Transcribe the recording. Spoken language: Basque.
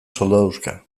soldaduska